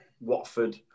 Watford